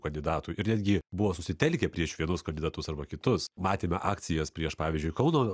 kandidatų ir netgi buvo susitelkę prieš vienus kandidatus arba kitus matėme akcijas prieš pavyzdžiui kauno